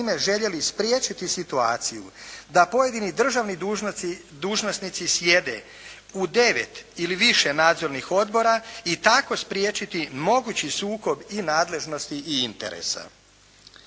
time željeli spriječiti situaciju da pojedini državni dužnosnici sjede u devet ili više nadzornih odbora i tako spriječiti mogući sukob i nadležnosti i interesa.